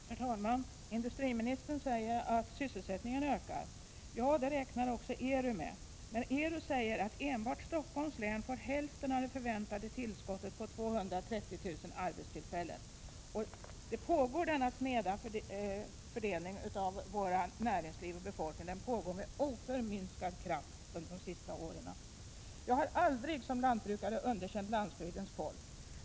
Herr talman! Industriministern säger att sysselsättningen ökar. Ja, det räknar ERU med, men ERU säger att enbart Stockholms län får hälften av det förväntade tillskottet på 230 000 arbetstillfällen. Denna sneda fördelning av vårt näringsliv och vår befolkning pågår och har pågått med oförminskad kraft under de senaste åren. Som lantbrukare har jag aldrig underkänt landsbygdens folk.